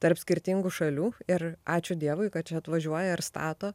tarp skirtingų šalių ir ačiū dievui kad čia atvažiuoja ir stato